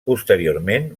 posteriorment